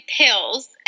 pills